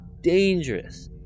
dangerous